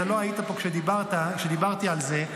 לא היית פה כשדיברתי על זה,